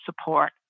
support